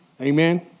Amen